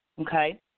Okay